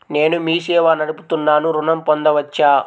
నేను మీ సేవా నడుపుతున్నాను ఋణం పొందవచ్చా?